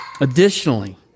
Additionally